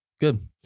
Good